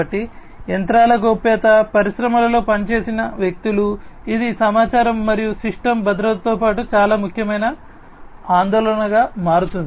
కాబట్టి యంత్రాల గోప్యత పరిశ్రమలో పనిచేసే వ్యక్తులు ఇది సమాచారం మరియు సిస్టమ్ భద్రతతో పాటు చాలా ముఖ్యమైన ఆందోళనగా మారుతుంది